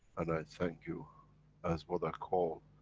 and i thank you as what i call,